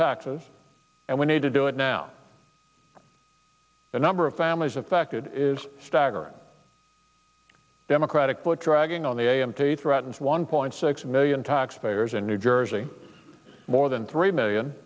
taxes and we need to do it now the number of families affected is staggering democratic dragging on the a m t threatens one point six million taxpayers in new jersey more than three million